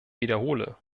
wiederhole